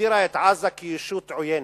הגדירה את עזה כישות עוינת,